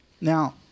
Now